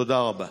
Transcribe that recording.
תודה רבה.